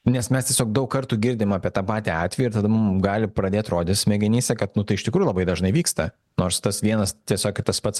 nes mes tiesiog daug kartų girdim apie tą patį atvejį ir tada mum gali pradėt rodys smegenyse kad tai iš tikrųjų labai dažnai vyksta nors tas vienas tiesiog ir tas pats